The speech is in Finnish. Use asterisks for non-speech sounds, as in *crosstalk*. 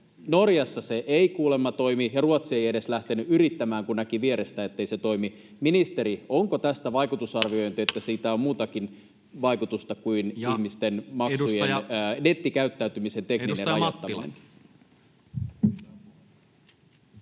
Norjassa se ei kuulemma toimi, ja Ruotsi ei edes lähtenyt yrittämään, kun näki vierestä, ettei se toimi. Ministeri, onko tästä vaikutusarviointeja, *noise* että siitä on muutakin vaikutusta kuin ihmisten maksujen ja nettikäyttäytymisen tekninen rajoittaminen?